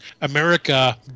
America